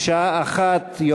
בשעה 13:00,